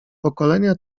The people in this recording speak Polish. pokolenia